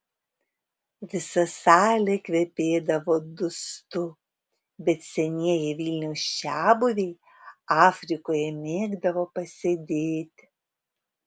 visa salė kvepėdavo dustu bet senieji vilniaus čiabuviai afrikoje mėgdavo pasėdėti